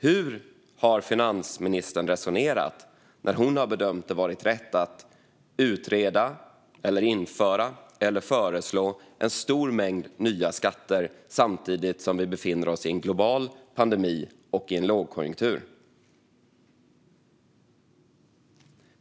Hur har finansministern resonerat när hon har bedömt det vara rätt att utreda, införa eller föreslå en stor mängd nya skatter samtidigt som vi befinner oss i en global pandemi och i en lågkonjunktur?